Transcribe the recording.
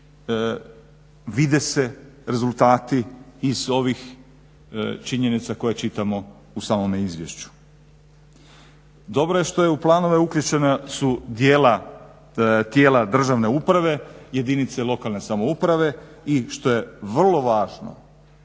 i vide se rezultati iz ovih činjenica koje čitamo u samome izvješću. Dobro je što u planove uključena su dijela tijela državne uprave jedinice lokalne samouprave i što je vrlo važno